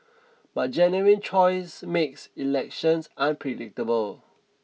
but genuine choice makes elections unpredictable